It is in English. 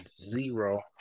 Zero